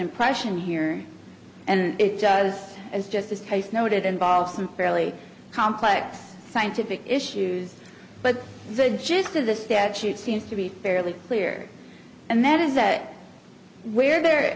impression here and it does as just this case noted involves some fairly complex scientific issues but the gist of the statute seems to be fairly clear and that is that where there